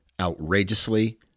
outrageously